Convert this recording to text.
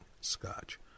scotch